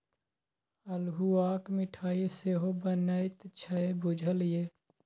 अल्हुआक मिठाई सेहो बनैत छै बुझल ये?